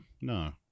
No